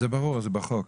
זה ברור, זה בחוק.